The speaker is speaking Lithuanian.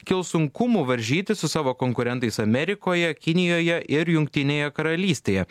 kils sunkumų varžytis su savo konkurentais amerikoje kinijoje ir jungtinėje karalystėje